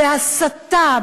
בהסתה,